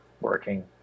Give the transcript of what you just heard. working